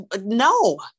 no